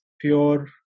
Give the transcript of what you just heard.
pure